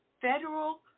federal